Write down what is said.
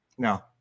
No